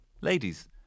ladies